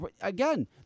Again